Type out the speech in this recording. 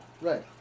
Right